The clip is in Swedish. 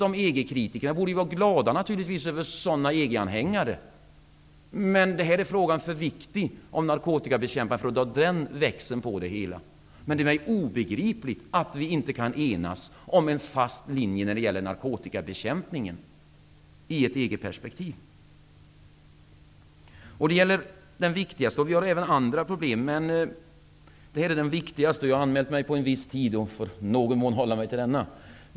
EG kritikerna borde naturligtvis vara glada över sådana EG-anhängare, men den här frågan är för viktig för narkotikabekämpningen för att ha den stämpeln på det hela. Det är obegripligt att vi inte kan enas om en fast linje när det gäller narkotikabekämpningen i ett EG-perspektiv. Det här är det viktigaste. Jag anmälde mig på en viss tid och får i någon mån hålla mig till denna.